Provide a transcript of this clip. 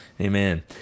Amen